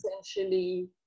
essentially